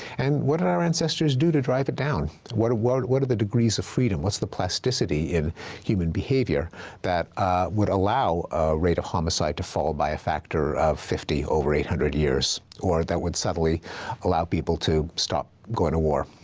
and what did our ancestors do to drive it down? what what are the degrees of freedom? what's the plasticity in human behavior that would allow a rate of homicide to fall by a factor of fifty over eight hundred years? or that would suddenly allow people to stop going to war?